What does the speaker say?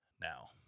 now